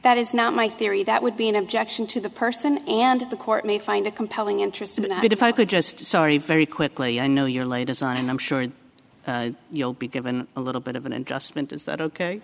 that is not my theory that would be an objection to the person and the court may find a compelling interest in it if i could just sorry very quickly i know your latest on and i'm sure you'll be given a little bit of an adjustment is that ok